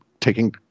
taking